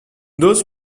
those